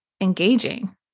engaging